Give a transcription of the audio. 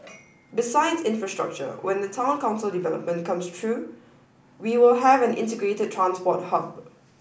besides infrastructure when the Town Council development comes through we will have an integrated transport hub